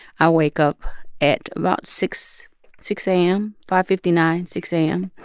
i wake up at about six six a m, five fifty nine, six a m,